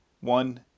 One